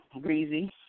greasy